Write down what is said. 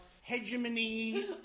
hegemony